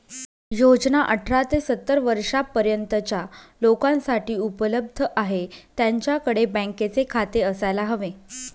योजना अठरा ते सत्तर वर्षा पर्यंतच्या लोकांसाठी उपलब्ध आहे, त्यांच्याकडे बँकेचे खाते असायला हवे